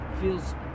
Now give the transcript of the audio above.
Feels